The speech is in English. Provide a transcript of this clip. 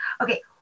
okay